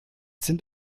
sind